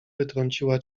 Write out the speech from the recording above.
wytrąciła